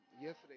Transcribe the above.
yesterday